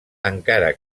encara